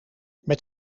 met